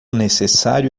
necessário